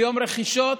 ליום רכישות.